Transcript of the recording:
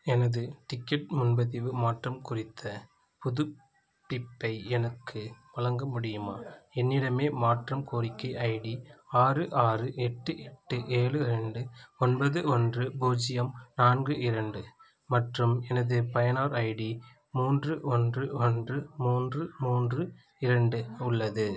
எனது டிக்கெட் முன்பதிவு மாற்றம் குறித்த புதுப்பிப்பை எனக்கு வழங்க முடியுமா என்னிடமே மாற்றம் கோரிக்கை ஐடி ஆறு ஆறு எட்டு எட்டு ஏழு ரெண்டு ஒன்பது ஒன்று பூஜ்ஜியம் நான்கு இரண்டு மற்றும் எனது பயனர் ஐடி மூன்று ஒன்று ஒன்று மூன்று மூன்று இரண்டு உள்ளது